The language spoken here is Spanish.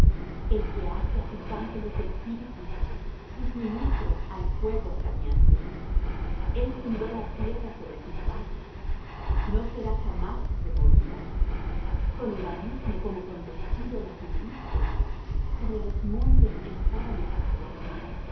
el que hace á sus ángeles espíritus sus ministros al fuego flameante el fundó la tierra sobre sus basas no será jamás removida con el abismo como con vestido la cubriste sobre los montes estaban las aguas